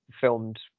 filmed